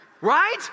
Right